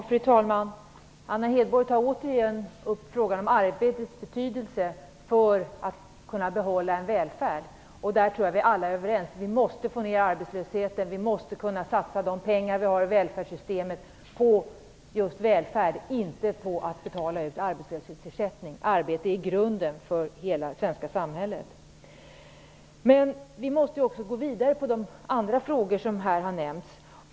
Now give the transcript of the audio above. Fru talman! Anna Hedborg tar återigen upp frågan om arbetets betydelse för att kunna behålla en välfärd. På den punkten är vi alla överens, tror jag. Vi måste få ned arbetslösheten, vi måste kunna satsa de pengar vi har i välfärdssystemet på just välfärd, inte på att betala ut arbetslöshetsersättning. Arbete är grunden för hela det svenska samhället. Men vi måste också gå vidare med de andra frågor som här har ställts.